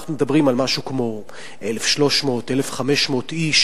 אנחנו מדברים על משהו כמו 1,300 1,500 איש,